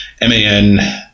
M-A-N